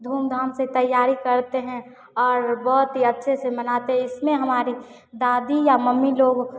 धूमधाम से तैयारी करते हैं और बहुत ही अच्छे से मनाते हैं इसमें हमारी दादी या मम्मी लोग